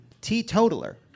teetotaler